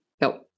No